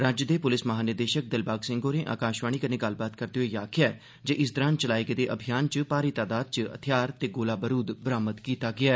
राज्य दे प्लिस महानिदेशक दिलबाग सिंह होरें आकाशवाणी कन्नै गल्ल करदे होई आक्खेया जे इस दौरान चलाए गेदे अभियान इच भारी तैदात इच हथियार ते गोला बारूद बरामद कीता गेआ ऐ